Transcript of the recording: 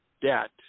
debt